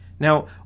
Now